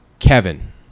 Kevin